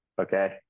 Okay